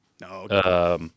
No